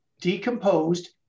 decomposed